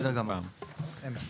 מעולה, מצוין.